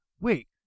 Wait